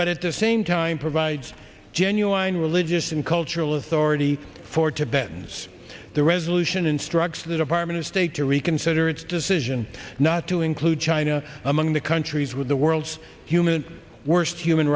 but at the same time provides genuine religious and cultural authority for tibetans the resolution instructs the department of state to reconsider its decision not to include china among the countries with the world's human worst human